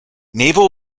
naval